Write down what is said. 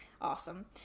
awesome